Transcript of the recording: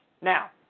Now